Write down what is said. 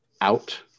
out